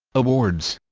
awards